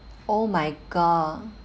oh my god